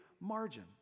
margin